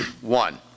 One